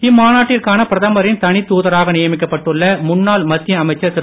இம்மாநாட்டிற்கான பிரதமரின் தனித்தாதராக நியமிக்கப்பட்டுள்ள முன்னாள் மத்திய அமைச்சர் திரு